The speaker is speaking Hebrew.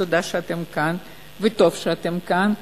תודה שאתם כאן וטוב שאתם כאן.